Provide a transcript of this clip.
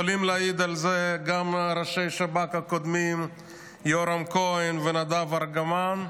יכולים להעיד על זה גם ראשי השב"כ הקודמים יורם כהן ונדב ארגמן,